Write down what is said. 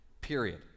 period